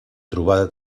trobada